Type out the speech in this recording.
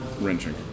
wrenching